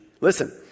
Listen